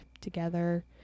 together